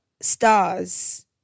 stars